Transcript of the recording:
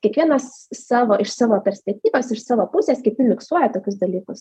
kiekvienas savo iš savo perspektyvos iš savo pusės kiti miksuoja tokius dalykus